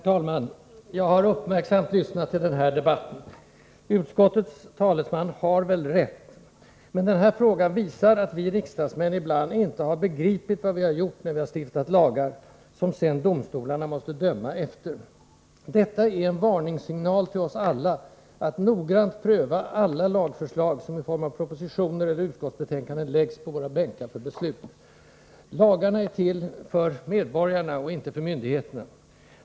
Herr talman! Jag har uppmärksamt lyssnat på denna debatt. Utskottets talesman har väl rätt. Men denna fråga visar att vi riksdagsmän ibland inte har begripit vad vi har gjort, när vi har stiftat lagar, som domstolarna sedan har måst döma efter. Detta är en varningssignal till oss alla att noggrant pröva alla lagförslag, som i form av propositioner eller utskottsbetänkanden läggs på våra bänkar för beslut. Lagarna är till för medborgarna och inte för myndigheterna.